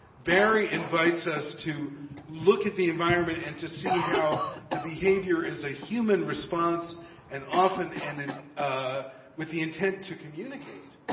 barry invites us to look at the environment and to see how the behavior is a human response and often and and a with the intent to communicate.